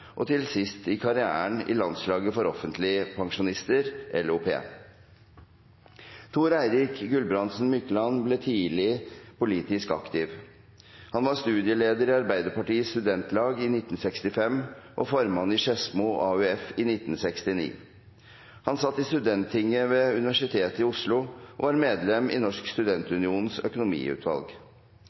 og til sist i karrieren i Landslaget for offentlige pensjonister, LOP. Thor-Eirik Gulbrandsen Mykland ble tidlig politisk aktiv. Han var studieleder i Arbeiderpartiets studentlag i 1965 og formann i Skedsmo AUF i 1969. Han satt i Studenttinget ved Universitet i Oslo og var medlem i Norsk Studentunions økonomiutvalg.